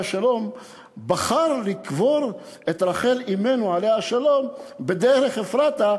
השלום בחר לקבור את רחל אמנו עליה השלום בדרך אפרתה,